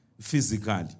physically